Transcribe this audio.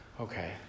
okay